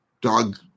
Dog